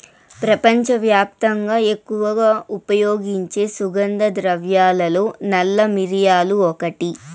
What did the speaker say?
ప్రపంచవ్యాప్తంగా ఎక్కువగా ఉపయోగించే సుగంధ ద్రవ్యాలలో నల్ల మిరియాలు ఒకటి